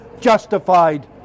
justified